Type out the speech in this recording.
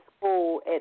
school